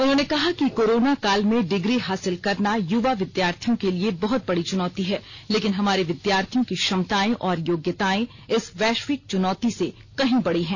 उन्होंने कहा कि कोरोना काल में डिग्री हासिल करना युवा विद्यार्थियों के लिए बहुत बडी चुनौती है लेकिन हमारे विद्यार्थियों की क्षमताएं और योग्यताएं इस वैश्विक चुनौती से कहीं बडी हैं